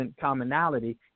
commonality